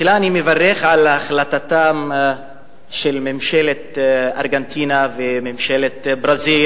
תחילה אני מברך על החלטתן של ממשלת ארגנטינה וממשלות ברזיל